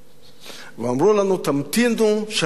ואמרו לנו: תמתינו שהאלוף יגיע,